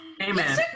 Amen